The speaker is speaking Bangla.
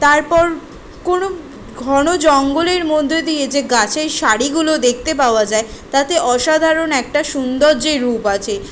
তারপর কোনো ঘন জঙ্গলের মধ্যে দিয়ে যে গাছের সারিগুলো দেখতে পাওয়া যায় তাতে অসাধারণ একটা সুন্দর্যের রূপ আছে